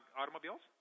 automobiles